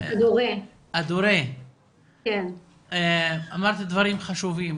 אמרת דברים חשובים.